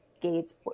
gates